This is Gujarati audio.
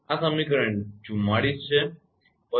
આ સમીકરણ 44 છે બરાબર